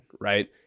right